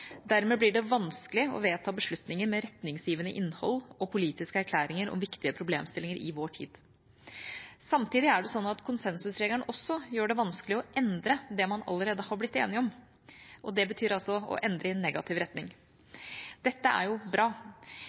Dermed blir det vanskelig å vedta beslutninger med retningsgivende innhold og politiske erklæringer om viktige problemstillinger i vår tid. Samtidig er det også sånn at konsensusregelen gjør det vanskelig å endre det man allerede har blitt enige om, og det betyr altså å endre i negativ retning. Det er jo bra.